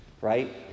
right